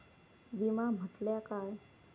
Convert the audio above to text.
विमा म्हटल्या काय?